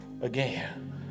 again